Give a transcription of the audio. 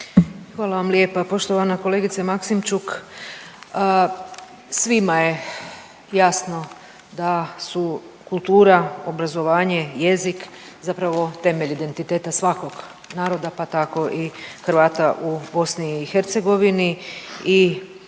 Hvala vam lijepa. Poštovana kolegice Maksimčuk, svima je jasno da su kultura, obrazovanje i jezik zapravo temelj identiteta svakog naroda, pa tako i Hrvata u BiH. I naravno više